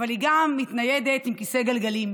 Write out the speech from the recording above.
אבל היא גם מתניידת עם כיסא גלגלים.